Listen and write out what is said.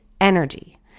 energy